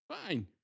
Fine